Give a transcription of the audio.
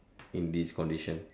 in this condition